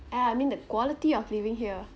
ah I mean the quality of living here